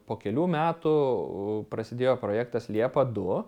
po kelių metų prasidėjo projektas liepa du